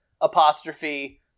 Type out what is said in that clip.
apostrophe